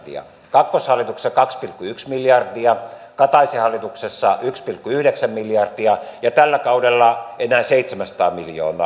kakkoshallituksessa kaksi pilkku yksi miljardia kataisen hallituksessa yksi pilkku yhdeksän miljardia ja tällä kaudella enää seitsemänsataa miljoonaa